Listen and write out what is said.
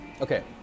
Okay